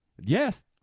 Yes